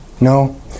No